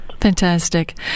Fantastic